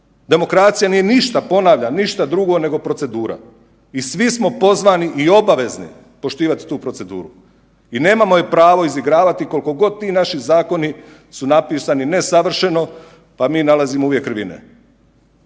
demokracija nije ništa, ponavljam, ništa drugo nego procedura i svi smo pozvani i obavezni poštivati tu proceduru i nemamo je pravo izigravati koliko god ti naši zakoni su napisani nesavršeno pa mi uvijek nalazimo krivine.